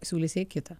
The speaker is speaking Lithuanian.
siūlys jai kitą